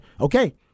Okay